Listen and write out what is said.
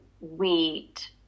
wheat